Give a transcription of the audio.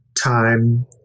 time